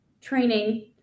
training